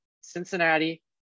Cincinnati